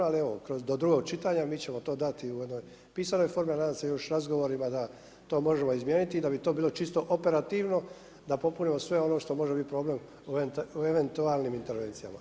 Ali evo kroz, do drugog čitanja mi ćemo to dati u jednoj pisanoj formi ali nadam se još razgovorima da to možemo izmijeniti i da bi to bilo čisto operativno da popunimo sve ono što može biti problem o eventualnim intervencijama.